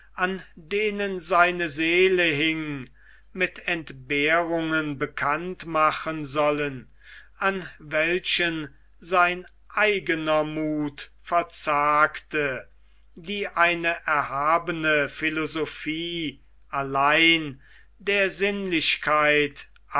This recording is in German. an denen seine seele hing mit entbehrungen bekannt machen sollen an welchen sein eigener muth verzagte die eine erhabene philosophie allein der sinnlichkeit